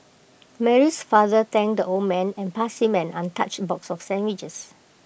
Mary's father thanked the old man and passed him an untouched box of sandwiches